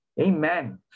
Amen